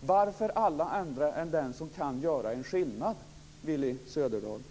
Varför alla andra men inte den som kan göra en skillnad, Willy Söderdahl?